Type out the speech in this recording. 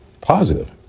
positive